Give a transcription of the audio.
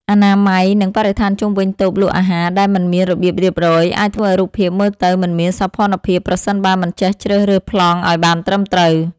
អនាម័យ និងបរិស្ថានជុំវិញតូបលក់អាហារដែលមិនមានរបៀបរៀបរយ អាចធ្វើឱ្យរូបភាពមើលទៅមិនមានសោភ័ណភាពប្រសិនបើមិនចេះជ្រើសរើសប្លង់ឱ្យបានត្រឹមត្រូវ។